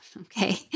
okay